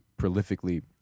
prolifically